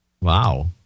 Wow